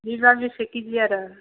बेबा बेसे कि जि आरो